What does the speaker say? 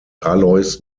alois